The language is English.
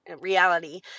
reality